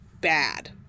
bad